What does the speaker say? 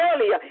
earlier